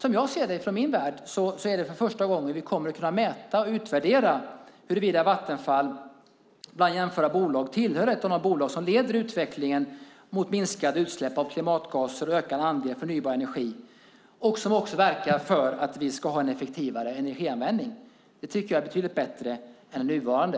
Som jag ser det kommer vi första gången att kunna mäta och utvärdera huruvida Vattenfall tillhör de bolag som leder utvecklingen mot minskade utsläpp av klimatgaser och en ökad andel förnybar energi och huruvida man också verkar för att vi ska ha en effektivare energianvändning. Det tycker jag är betydligt bättre än det nuvarande.